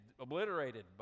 obliterated